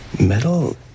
Metal